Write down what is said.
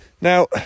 Now